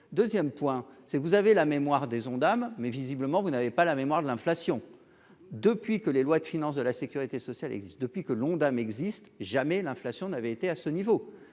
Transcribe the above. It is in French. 2ème point c'est vous avez la mémoire des Ondam mais visiblement vous n'avez pas la mémoire de l'inflation depuis que les lois de finances de la Sécurité sociale existe depuis que l'Ondam existe jamais l'inflation n'avait été à ce niveau,